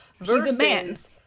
versus